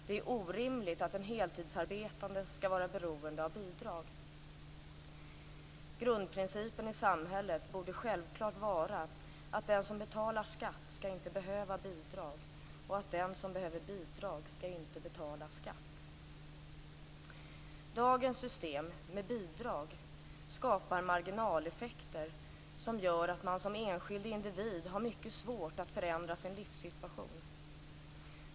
Det är orimligt att en heltidsarbetande skall vara beroende av bidrag. Grundprincipen i samhället borde självklart vara att den som betalar skatt inte skall behöva bidrag och att den som behöver bidrag inte skall betala skatt. Dagens system med bidrag skapar marginaleffekter som gör att man som enskild individ har mycket svårt att förändra sin livssituation.